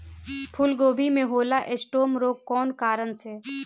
फूलगोभी में होला स्टेम रोग कौना कारण से?